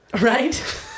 Right